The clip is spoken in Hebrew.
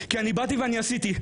כי עשיתי,